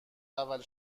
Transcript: اول